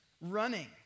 running